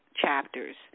chapters